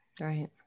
right